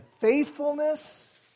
faithfulness